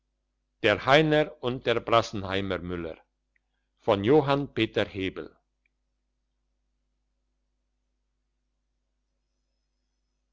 der heiner und der brassenheimer müller